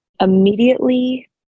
immediately